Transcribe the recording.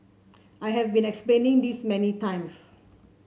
I have been explaining this many times